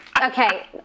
Okay